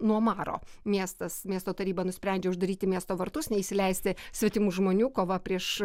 nuo maro miestas miesto taryba nusprendžia uždaryti miesto vartus neįsileisti svetimų žmonių kova prieš